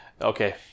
Okay